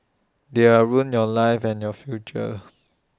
they are ruin your lives and your future